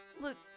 Look